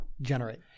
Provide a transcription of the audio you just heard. generate